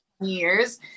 years